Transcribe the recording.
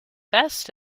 best